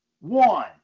One